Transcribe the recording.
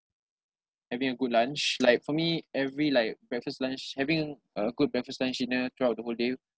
having a good lunch like for me every like breakfast lunch having a good breakfast lunch dinner throughout the whole day